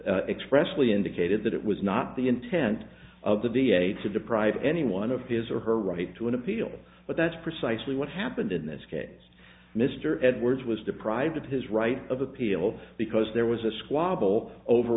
expressly indicated that it was not the intent of the da to deprive anyone of his or her right to an appeal but that's precisely what happened in this case mr edwards was deprived of his right of appeal because there was a squabble over